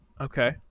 Okay